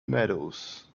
medals